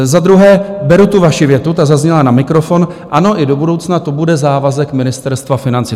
Za druhé, beru tu vaši větu, ta zazněla na mikrofon ano, i do budoucna to bude závazek Ministerstva financí.